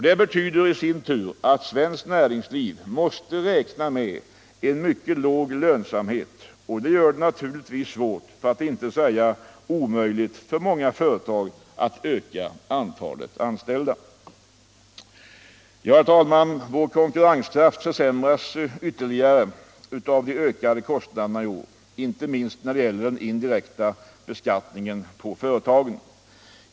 Det betyder i sin tur att svenskt näringsliv måste räkna med mycket låg lönsamhet, och det gör det naturligtvis svårt, för att inte säga omöjligt, för många företag att öka antalet anställda. Vår konkurrenskraft försämras ytterligare av de ökande kostnaderna i år, inte minst när det gäller den indirekta beskattningen på företagen.